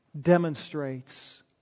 demonstrates